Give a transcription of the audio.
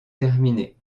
terminé